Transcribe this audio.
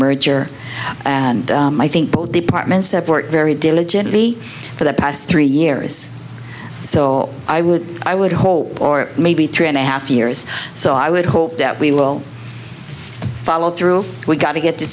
merger and i think both departments have worked very diligently for the past three years so i would i would hope or maybe three and a half years so i would hope that we will follow through we got to get t